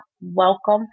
welcome